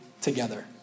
together